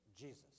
Jesus